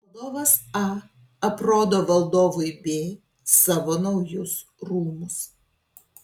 valdovas a aprodo valdovui b savo naujus rūmus